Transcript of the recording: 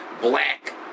black